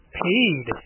paid